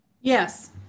Yes